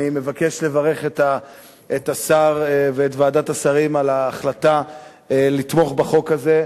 אני מבקש לברך את השר ואת ועדת השרים על ההחלטה לתמוך בחוק הזה,